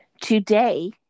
Today